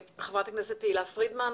חברת הכנסת תהלה פרידמן,